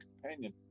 companion